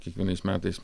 kiekvienais metais